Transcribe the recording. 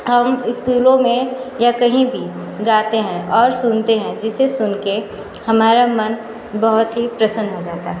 हम इस्कूलों में या कहीं भी गाते है और सुनते है जिसे सुन के हमारा मन बहुत ही प्रसन्न हो जाता है